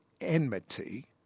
enmity